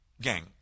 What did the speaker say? Gang